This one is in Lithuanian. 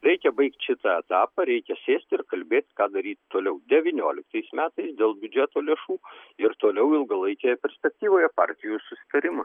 reikia baigt šitą etapą reikia sėst ir kalbėt ką daryt toliau devynioliktais metais dėl biudžeto lėšų ir toliau ilgalaikėje perspektyvoje partijų susitarimas